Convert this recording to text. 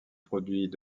produit